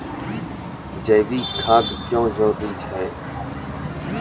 जैविक खाद क्यो जरूरी हैं?